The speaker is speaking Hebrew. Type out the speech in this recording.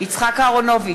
יצחק אהרונוביץ,